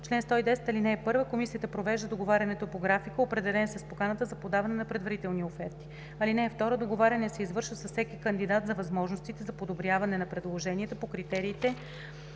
„Чл. 110. (1) Комисията провежда договарянето по графика, определен с поканата за подаване на предварителни оферти. (2) Договаряне се извършва с всеки кандидат за възможностите за подобряване на предложенията по критериите